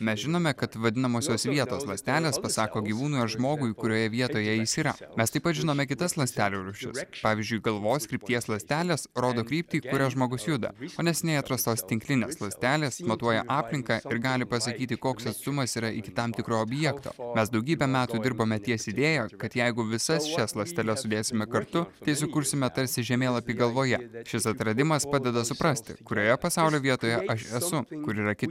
mes žinome kad vadinamosios vietos ląstelės pasako gyvūno žmogui kurioje vietoje jis yra mes taip pat žinome kitas ląstelių rūšis pavyzdžiui galvos krypties ląstelės rodo kryptį kuria žmonės juda o neseniai atrastos tinklinės ląstelės matuoja aplinką ir gali pasakyti koks atstumas yra iki tam tikro objekto mes daugybę metų dirbome ties idėja kad jeigu visas šias ląsteles sudėsime kartu tai sukursime tarsi žemėlapį galvoje šis atradimas padeda suprasti kurioje pasaulio vietoje aš esu kur yra kiti